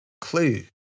Clue